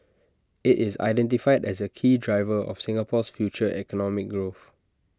IT is identified as A key driver of Singapore's future economic growth